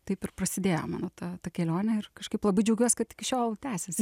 taip ir prasidėjo mano ta ta kelionė ir kažkaip labai džiaugiuos kad iki šiol tęsiasi